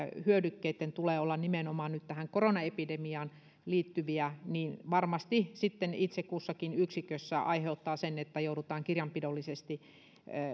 hyödykkeiden tulee olla nimenomaan nyt tähän koronaepidemiaan liittyviä varmasti sitten itse kussakin yksikössä aiheuttaa sen että joudutaan kirjanpidollisesti